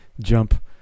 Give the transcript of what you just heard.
jump